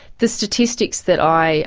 the statistics that i